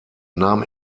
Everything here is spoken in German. nahm